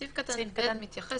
סעיף קטן (ב) מתייחס